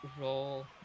roll